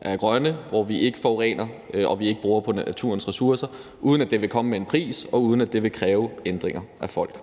er grønne, hvor vi ikke forurener, og hvor vi ikke bruger af naturens ressourcer, uden at det vil komme med en pris, og uden at det vil kræve ændringer af folk.